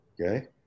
okay